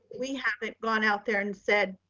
we haven't gone out there and said,